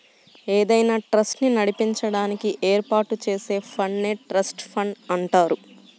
ఏదైనా ట్రస్ట్ ని నడిపించడానికి ఏర్పాటు చేసే ఫండ్ నే ట్రస్ట్ ఫండ్ అంటారు